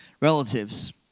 relatives